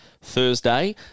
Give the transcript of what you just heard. Thursday